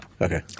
Okay